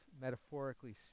metaphorically